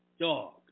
Dog